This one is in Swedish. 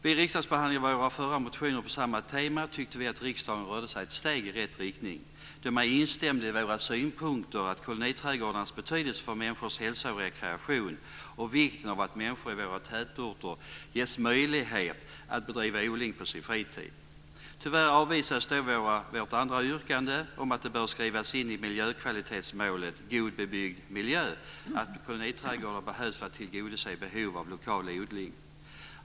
Vid riksdagsbehandlingen av våra tidigare motioner på samma tema tyckte vi att riksdagen rörde sig ett steg i rätt riktning då man instämde i våra synpunkter om koloniträdgårdarnas betydelse för människors hälsa och rekreation och vikten av att människorna i våra tätorter ges möjlighet att bedriva odling på sin fritid. Tyvärr avvisades då vårt andra yrkande om att det bör skrivas in i miljökvalitetsmålet God bebyggd miljö att koloniträdgårdar behövs för att tillgodose behovet av lokal odling.